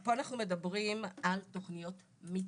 פה אנחנו מדברים על תוכניות מיטיגציה.